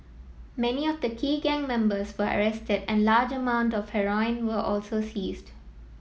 many of the key gang members were arrested and large amount of heroin were also seized